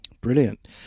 Brilliant